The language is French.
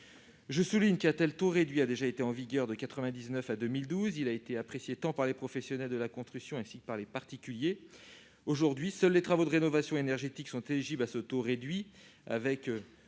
Je souligne qu'un tel taux réduit a déjà été appliqué de 1999 à 2012. Il a été apprécié tant par les professionnels de la construction que par les particuliers. Aujourd'hui, seuls les travaux de rénovation énergétique sont éligibles à ce taux réduit.